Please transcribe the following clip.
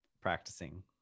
practicing